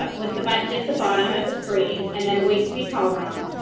ah with the button at the bottom of the screen and then wait to be called on,